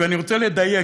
ואני רוצה לדייק,